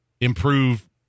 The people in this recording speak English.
improve